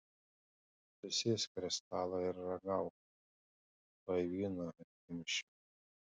tu sėsk prie stalo ir ragauk tuoj vyno atkimšiu